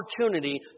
opportunity